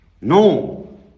No